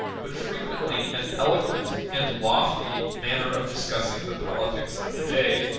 but frequently an eloquent and lofty, manner of discussing the politics of the day